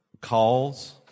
calls